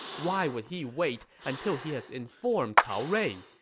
why would he wait until he has informed cao rui?